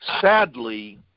sadly